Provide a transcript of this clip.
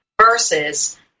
versus